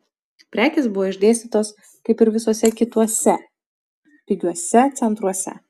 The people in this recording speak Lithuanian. prekės buvo išdėstytos kaip ir visuose kituose pigiuose centruose